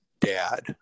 dad